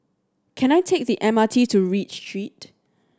can I take the M R T to Read Street